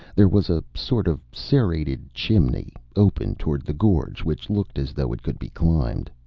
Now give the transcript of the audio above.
there was a sort of serrated chimney, open toward the gorge, which looked as though it could be climbed.